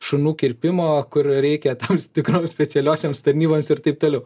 šunų kirpimo kur reikia tams tikroms specialiosioms tarnyboms ir taip toliau